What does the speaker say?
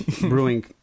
brewing